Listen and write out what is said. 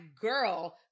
girl